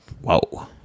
Whoa